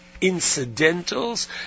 incidentals